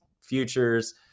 futures